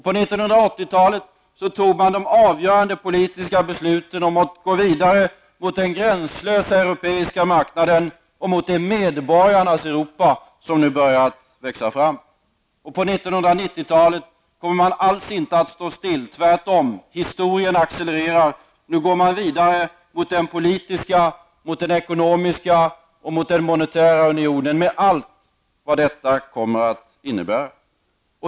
På 1980-talet tog man de avgörande politiska besluten om att gå vidare mot den gränslösa europeiska marknaden och mot det medborgarnas Europa som nu börjar växa fram. På 1990-talet kommer man alls inte att stå still, tvärtom, historien accelererar och nu går man vidare mot den politiska, ekonomiska och monetära unionen med allt vad detta kommer att innebära.